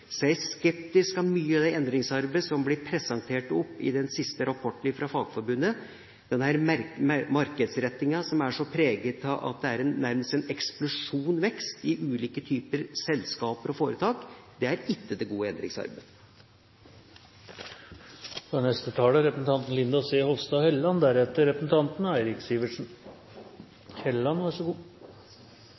skeptisk til mye av det endringsarbeidet som blir presentert i den siste rapporten fra Fagforbundet, denne markedsrettinga som er så preget av at det nærmest er en eksplosjonsartet vekst i ulike selskaper og foretak. Det er ikke det gode endringsarbeidet. Det er interessant å sitte og høre på debatten i dag, men det er også bekymringsfullt. Mest bekymret ble jeg over å høre på kommunalministeren som virket så